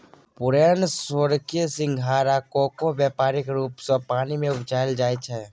पुरैण, सोरखी, सिंघारि आ कोका बेपारिक रुप सँ पानि मे उपजाएल जाइ छै